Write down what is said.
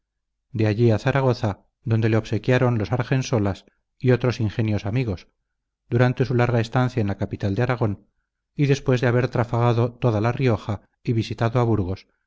de allí a zaragoza donde le obsequiaron los argensolas y otros ingenios amigos durante su larga estancia en la capital de aragón y después de haber trafagado toda la rioja y visitado a burgos